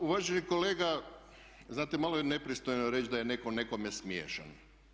Pa uvaženi kolega znate malo je nepristojno reći da je netko nekome smiješan.